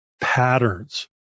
patterns